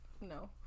no